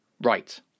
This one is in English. Right